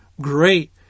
great